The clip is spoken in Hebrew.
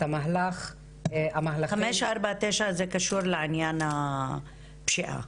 המהלך --- 549 זה קשור לענין הפשיעה.